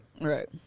Right